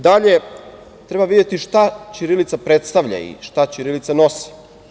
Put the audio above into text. Dalje, treba videti šta ćirilica predstavlja i šta ćirilica nosi.